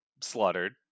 slaughtered